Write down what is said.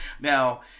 now